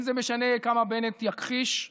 לא משנה כמה בנט יכחיש,